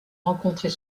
rencontrer